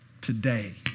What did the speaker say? today